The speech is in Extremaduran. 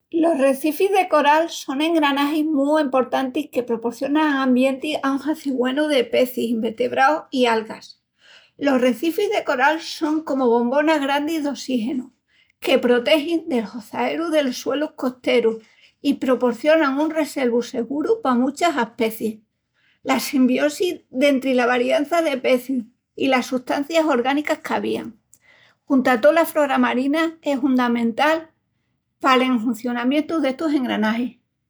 Los recifis de coral son engranagis mu emportantis que proporcionan ambienti a un haci güenu de pecis, invertebraus i algas. Los recifis de coral son comu bombonas grandis d'ossígenu que protegin del hozaeru delos suelus costerus i proporcionan un reselvu seguru pa muchas aspecis. La simbiosi dentri la variança de pecis i las sustancias orgánicas qu'avían, junta tola frora marina, es hundamental pal enhuncionamientu d'estus engranagis..